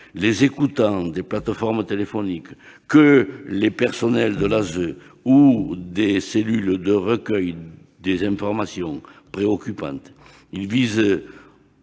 les écoutants des plateformes téléphoniques que les personnels de l'ASE ou des cellules de recueil des informations préoccupantes. Il vise